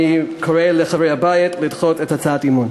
אני קורא לחברי הבית לדחות את הצעת האי-אמון.